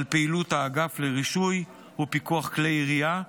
על פעילות האגף לרישוי ופיקוח כלי ירייה,